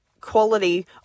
quality